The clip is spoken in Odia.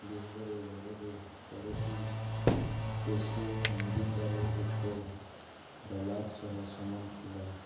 ଦୁଇହଜାର ଏଗାରରେ ଚାରୋଟି ପେସୋ ଆମେରିକାର ଏକ ଡଲାର ସହ ସମାନ ଥିଲା